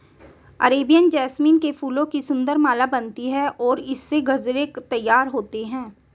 Arabian jasmine के फूलों की सुंदर माला बनती है और इससे गजरे तैयार होते हैं